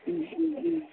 മ്മ് മ്മ് മ്മ്